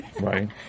right